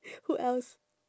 who else